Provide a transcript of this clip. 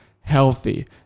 healthy